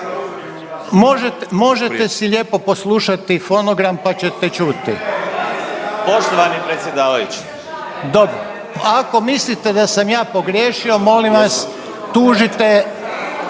možete si lijepo poslušati fonogram pa ćete čuti. .../Upadica: Poštovani predsjedavajući… /... Dobro, ako mislite da sam ja pogriješio, molim vas, tužite